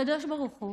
הקדוש ברוך הוא